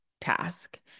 task